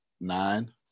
nine